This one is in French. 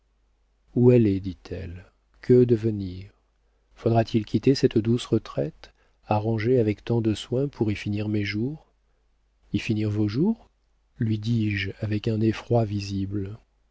où aller dit-elle que devenir faudra-t-il quitter cette douce retraite arrangée avec tant de soin pour y finir mes jours y finir vos jours lui dis-je avec un effroi visible